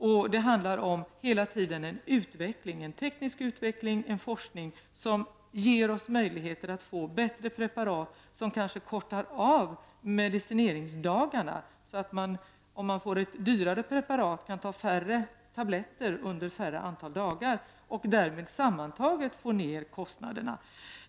Och det handlar hela tiden om teknisk utveckling och forskning som ger oss möjligheter att få bättre preparat, som kanske kortar av antalet medicineringsdagar. Om man får ett dyrare preparat kan man kanske ta färre tabletter under färre antal dagar, så att därmed kostnaderna sammantaget minskas.